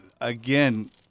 again